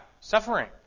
suffering